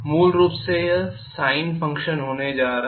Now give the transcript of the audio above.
मूल रूप से यह sine फंक्शन होने जा रहा है